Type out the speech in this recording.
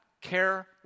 care